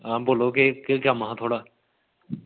आं बोलो केह् कम्म हा थुआढ़ा